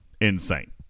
insane